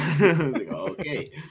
Okay